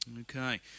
Okay